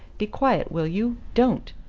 be quiet, will you? don't!